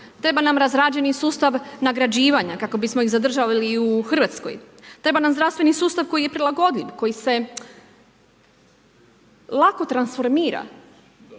treba nam razrađeni sustav nagrađivanja, kako bismo ih zadržali i u Hrvatsku. Treba nam zdravstveni sustav koji je prilagodljiv, koji se lako transformira,